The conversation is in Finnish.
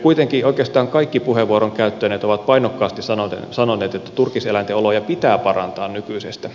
kuitenkin oikeastaan kaikki puheenvuoron käyttäneet ovat painokkaasti sanoneet että turkiseläinten oloja pitää parantaa nykyisestä